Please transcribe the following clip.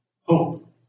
hope